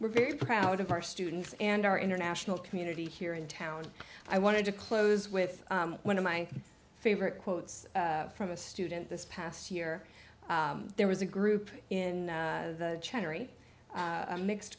we're very proud of our students and our international community here in town i wanted to close with one of my favorite quotes from a student this past year there was a group in the cherry mixed